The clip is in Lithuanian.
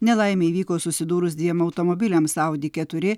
nelaimė įvyko susidūrus dviem automobiliams audi keturi